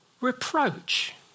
reproach